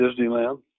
Disneyland